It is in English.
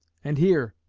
and here,